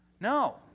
No